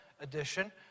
edition